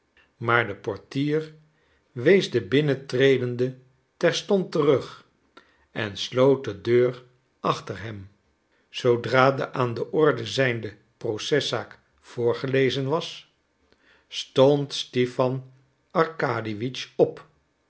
maar de portier wees den binnentredende terstond terug en sloot de deur achter hem zoodra de aan de orde zijnde proceszaak voorgelezen was stond stipan arkadiewitsch op